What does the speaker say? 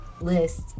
list